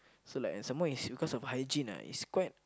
so like and some more is cause of hygiene ah it's quite